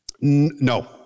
no